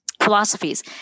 philosophies